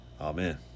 Amen